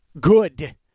good